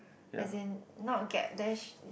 as in not get dash